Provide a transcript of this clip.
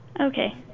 Okay